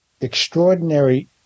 Extraordinary